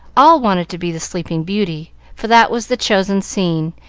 all wanted to be the sleeping beauty, for that was the chosen scene,